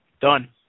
Done